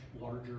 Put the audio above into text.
larger